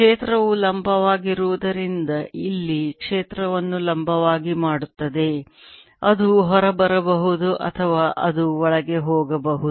ಕ್ಷೇತ್ರವು ಲಂಬವಾಗಿರುವುದರಿಂದ ಇಲ್ಲಿ ಕ್ಷೇತ್ರವನ್ನು ಲಂಬವಾಗಿ ಮಾಡುತ್ತದೆ ಅದು ಹೊರಬರಬಹುದು ಅಥವಾ ಅದು ಒಳಗೆ ಹೋಗಬಹುದು